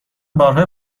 بارهای